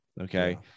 Okay